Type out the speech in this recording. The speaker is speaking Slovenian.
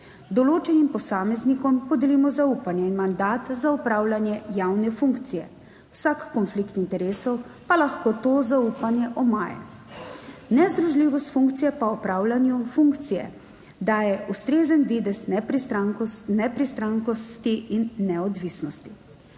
Določenim posameznikom podelimo zaupanje in mandat za opravljanje javne funkcije, vsak konflikt interesov pa lahko to zaupanje omaja. Nezdružljivost funkcije pa opravljanju funkcije daje ustrezen videz nepristranskosti in neodvisnosti.